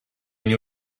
new